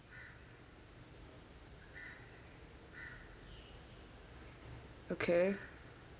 okay